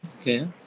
Okay